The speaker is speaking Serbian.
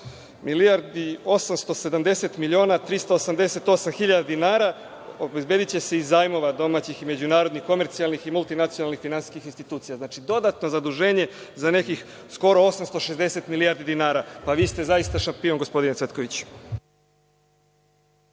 iznosu 858.870.388.000 dinara obezbediće se iz zajmova domaćih i međunarodnih komercijalnih i multinacionalnih finansijskih institucija. Znači, dodatno zaduženje za nekih skoro 860 milijardi dinara. Pa vi ste zaista šampion, gospodine Vujoviću.